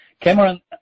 Cameron